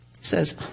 says